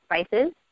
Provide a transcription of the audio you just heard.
spices